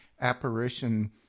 apparition